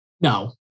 No